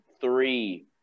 three